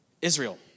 Israel